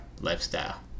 lifestyle